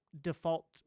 Default